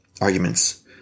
arguments